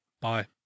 Bye